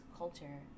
culture